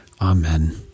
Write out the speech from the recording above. Amen